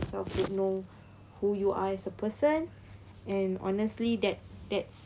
self to know who you are as a person and honestly that that's